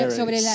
sobre